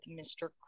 Mr